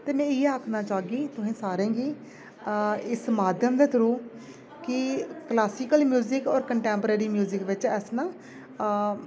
ते में इ'यै आखना चाह्गी तुहें सारें गी अ इस माध्यम दे थ्रू कि क्लासिकल म्यूजिक होर कंटैंप्रेरी म्यूजिक बिच अस ना